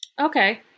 Okay